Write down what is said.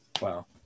Wow